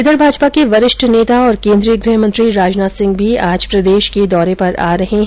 इधर भाजपा के वरिष्ठ नेता और केन्द्रीय गृह मंत्री राजनाथ सिंह भी आज प्रदेश के दौरे पर आ रहे है